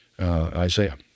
Isaiah